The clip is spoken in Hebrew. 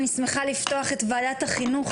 אני שמחה לפתוח את ועדת החינוך,